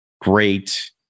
great